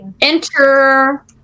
enter